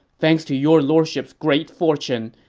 thanks to your lordship's great fortune,